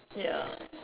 ya